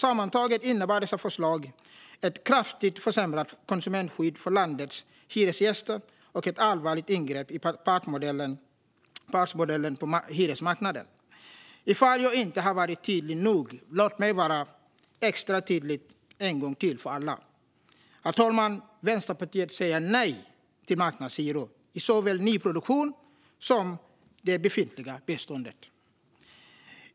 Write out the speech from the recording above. Sammantaget innebär dessa förslag ett kraftigt försämrat konsumentskydd för landets hyresgäster och ett allvarligt ingrepp i partsmodellen på hyresmarknaden. Ifall jag inte har varit tydlig nog, låt mig vara extra tydlig en gång till för alla: Herr talman! Vänsterpartiet säger nej till marknadshyror i såväl nyproduktion som det befintliga beståndet.